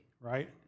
right